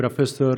פרופסור